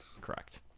Correct